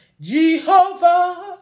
jehovah